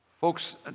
Folks